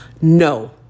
No